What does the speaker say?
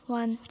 one